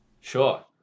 Sure